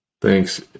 Thanks